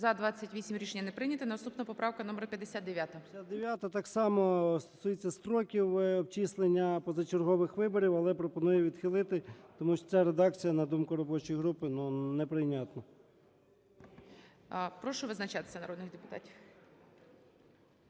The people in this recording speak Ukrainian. За-28 Рішення не прийнято. Наступна поправка номер 59. 17:04:15 ЧЕРНЕНКО О.М. 59-а, так само стосується строків обчислення позачергових виборів, але пропоную відхилити, тому що ця редакція, на думку робочої групи, не прийнятна. ГОЛОВУЮЧИЙ. Прошу визначатися народних депутатів.